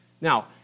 Now